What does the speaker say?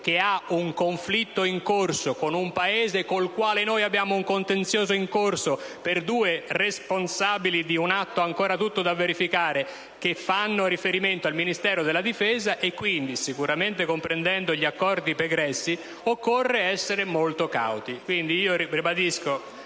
che ha un conflitto in corso con un Paese con il quale abbiamo un contenzioso aperto, per due responsabili di un atto ancora tutto da verificare, che fanno riferimento al Ministero della difesa. Comprendendo sicuramente gli accordi pregressi, occorre essere molto cauti.